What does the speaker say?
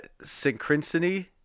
synchronicity